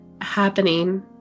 happening